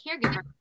caregiver